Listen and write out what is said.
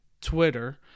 Twitter